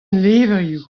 levrioù